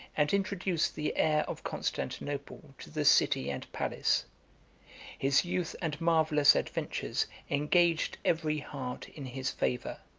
and introduced the heir of constantinople to the city and palace his youth and marvellous adventures engaged every heart in his favor,